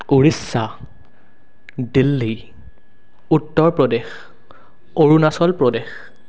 Orissa Delhi Uttar Pradesh Arunachal Pradesh